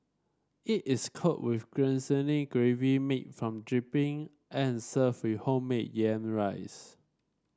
it is coated with glistening gravy made from dripping and served with homemade yam rice